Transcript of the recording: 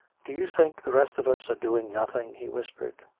do you think the rest of us are doing nothing? he whispered.